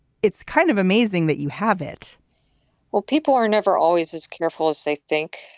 it's kind of amazing that you have it well, people are never always as careful as they think.